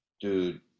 Dude